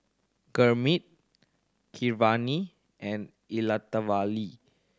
Gurmeet Keeravani and Elattuvalali